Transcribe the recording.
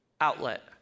outlet